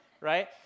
Right